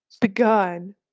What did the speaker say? Begun